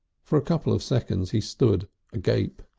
for a couple of seconds he stood agape.